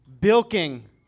bilking